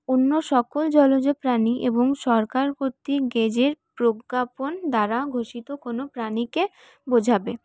অন্য সকল জলজ প্রাণী এবং সরকার কর্তৃক গেজেট প্রজ্ঞাপন দ্বারা ঘোষিত কোন প্রানীকে বোঝাবে